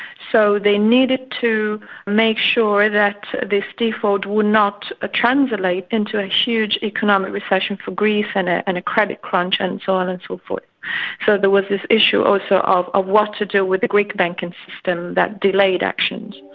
so they needed to make sure that this default would not ah translate into a huge economic recession for greece and and a credit crunch and so on and so forth. so there was this issue, also, of ah what to do with the greek banking system that delayed actions.